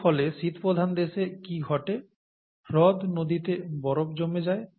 এর ফলে শীতপ্রধান দেশে কি ঘটে হ্রদ নদীতে বরফ জমে যায়